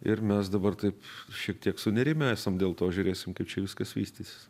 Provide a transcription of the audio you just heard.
ir mes dabar taip šiek tiek sunerimę esam dėl to žiūrėsim kaip čia viskas vystysis